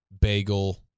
bagel